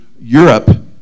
Europe